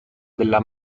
della